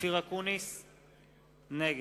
33 נגד,